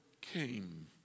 came